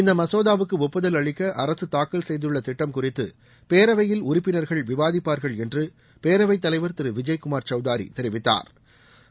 இந்த மசோதாவுக்கு ஒப்புதல் அளிக்க அரசு தாக்கல் செய்துள்ள திட்டம் குறித்து பேரவையில் உறுப்பினர்கள் விவாதிப்பார்கள் என்று பேரவைத் தலைவர் திரு விஜய்குமார் சவுதாரி தெரிவித்தாா்